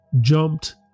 jumped